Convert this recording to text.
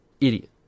idiot